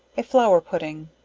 a flour pudding.